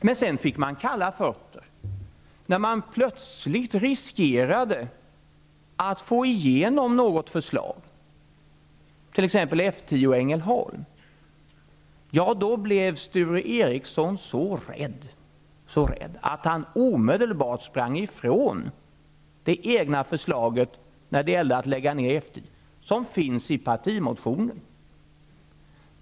Men man fick kalla fötter när man plötsligt upptäckte att man riskerade att få igenom förslag, som t.ex. nedläggningen av F10 i Ängelholm. Sture Ericson blev då så rädd att han omedelbart sprang ifrån det förslag om att lägga ned F10 som finns i partimotionen.